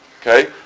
Okay